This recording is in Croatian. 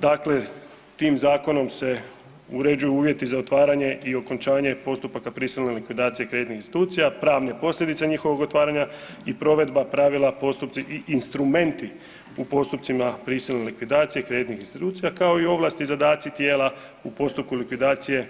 Dakle, tim zakonom se uređuju uvjeti za otvaranje i okončanje postupaka prisilne likvidacije kreditnih institucija, pravne posljedice njihovog otvaranja i provedba pravila, postupci i instrumenti u postupcima prisilne likvidacije kreditnih institucija kao i ovlasti, zadaci tijela u postupku likvidacije